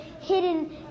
hidden